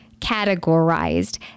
categorized